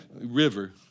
river